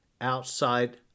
outside